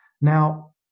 Now